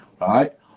right